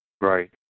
Right